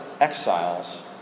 exiles